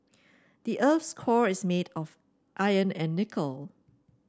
the earth's core is made of iron and nickel